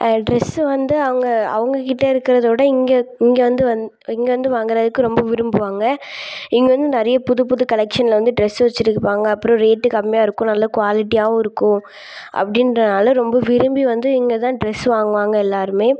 dress வந்து அவங்க அவங்க கிட்டே இருக்கிறத விட இங்கே இங்கேவந்து வந் இங்கேவந்து வாங்குகிறதுக்கு ரொம்ப விரும்புவாங்க இங்கே வந்து நிறைய புது புது கலெக்ஷனில் வந்து ட்ரெஸ்ஸு வச்சுயிருப்பாங்க அப்புறம் ரேட்டு கம்மியாகயிருக்கும் நல்ல குவாலிட்டியாயிருக்கும் அப்படின்றனால ரொம்ப விரும்பி வந்து இங்கே தான் ட்ரெஸ்ஸு வாங்குவாங்க எல்லாேருமே